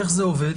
איך זה עובד?